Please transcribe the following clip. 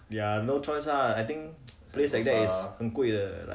ya no choice lah I think place like that is 很贵的